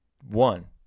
One